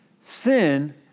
Sin